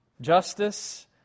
Justice